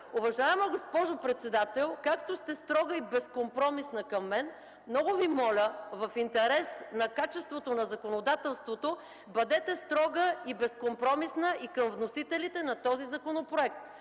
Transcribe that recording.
Уважаема госпожо председател, както сте строга и безкомпромисна към мен, много Ви моля в интерес на качеството на законодателството, бъдете строга и безкомпромисна и към вносителите на този законопроект.